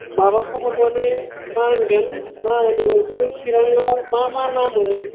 माबा खबर माने मा होन्दों मा होनो नोंसोरनि चिरांआव मा मा ना मोनो